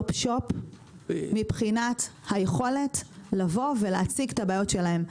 shop מבחינת היכולת לבוא ולהציג את הבעיות שלהם.